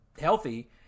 healthy